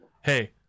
Hey